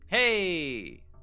Hey